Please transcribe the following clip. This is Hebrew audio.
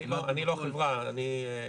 אני לא החברה, אני.